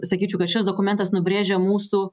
sakyčiau kad šis dokumentas nubrėžia mūsų